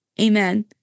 amen